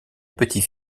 petit